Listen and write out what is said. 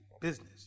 business